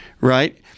right